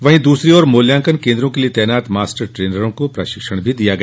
वहीं दूसरी ओर मूल्यांकन केंद्रों के लिए तैनात मास्टर ट्रेनरों को प्रशिक्षण भी दिया गया